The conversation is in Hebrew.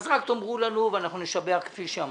אז רק תאמרו לנו ואנחנו נשבח, כפי שאמרתי.